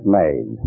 made